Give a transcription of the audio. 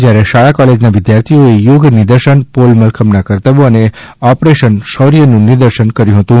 જ્યારે શાળા કોલેજના વિદ્યાર્થીઓએ યોગ નિર્દશન પોલ મલખમના કરતબો તથા ઓપરેશન શૌર્થનું નિદર્શન કર્યું હતું